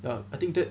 I think that